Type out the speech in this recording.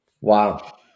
Wow